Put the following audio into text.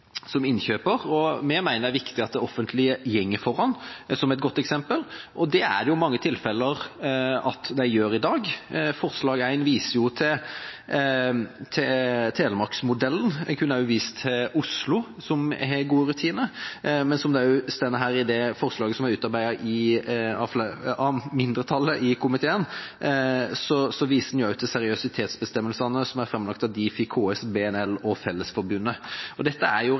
innkjøper. Vi mener det er viktig at det offentlige går foran med et godt eksempel. Det er mange tilfeller der de gjør det i dag. Forslag 1 viser til Telemarks-modellen. En kunne også vist til Oslo, som har gode rutiner, men som man ser av forslaget som er utarbeidet av mindretallet i komiteen, viser en til seriøsitetsbestemmelsene som er framlagt av Difi, KS, BNL og Fellesforbundet. Dette er retningslinjer som er utarbeidet av partene i arbeidslivet, og derfor synes jeg det er